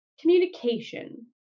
communication